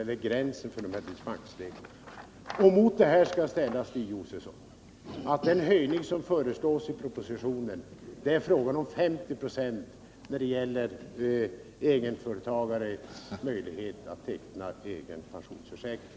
Mot detta skall ställas, Stig Josefson, att det är en höjning på 50 96 som föreslås i propositionen i fråga om egenföretagares möjlighet att teckna egen pensionsförsäkring.